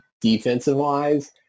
defensive-wise